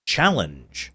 Challenge